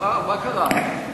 מה קרה?